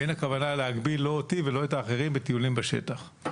ואין הכוונה להגביל לא אותי ולא את האחרים בטיולים בשטח.